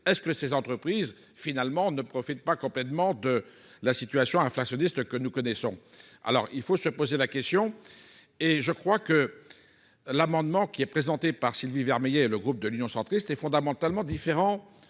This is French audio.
est-ce que ces entreprises finalement ne profite pas complètement de la situation inflationniste que nous connaissons, alors il faut se poser la question et je crois que l'amendement qui est présenté par Sylvie Vermeillet et le groupe de l'Union centriste est fondamentalement différent